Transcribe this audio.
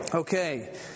Okay